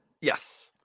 Yes